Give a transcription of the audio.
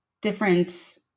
different